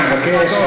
אני מבקש,